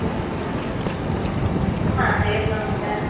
हरिः ओं हरिः ओम् नमस्कारः